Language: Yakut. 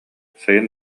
сайын